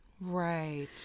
Right